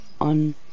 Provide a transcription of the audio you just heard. on